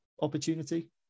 opportunity